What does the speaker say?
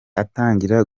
atangira